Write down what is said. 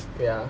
wait ah